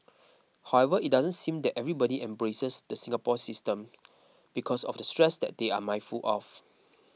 however it doesn't mean that everybody embraces the Singapore system because of the stress that they are mindful of